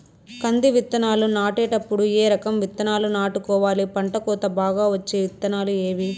కంది విత్తనాలు నాటేటప్పుడు ఏ రకం విత్తనాలు నాటుకోవాలి, పంట కోత బాగా వచ్చే విత్తనాలు ఏవీ?